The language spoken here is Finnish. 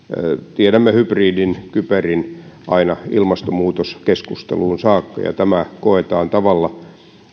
tiedämme hybridin ja kyberin aina ilmastonmuutoskeskusteluun saakka ja tämä koetaan tavalla